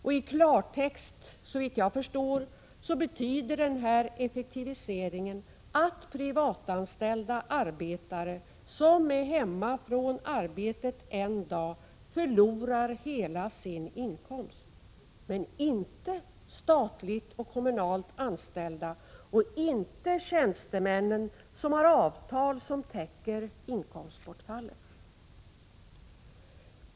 I klartext betyder den effektiviseringen såvitt jag förstår att privatanställda arbetare som är hemma från arbetet en dag förlorar hela sin inkomst — men inte statligt och kommunalt anställda, och inte tjänstemännen, som har avtal som täcker inkomstbortfallet.